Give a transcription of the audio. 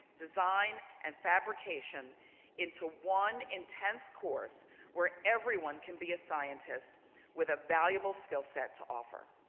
design and fabrication into one intense course where everyone can be a scientist with a valuable skillset to offer.